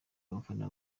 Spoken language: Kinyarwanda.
abafana